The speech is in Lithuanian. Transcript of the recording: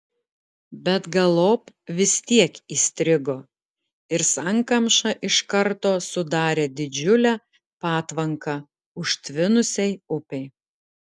bet galop vis tiek įstrigo ir sankamša iš karto sudarė didžiulę patvanką ištvinusiai upei